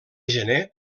gener